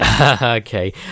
okay